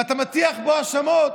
ואתה מטיח בו האשמות,